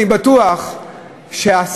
אני בטוח שהשרה,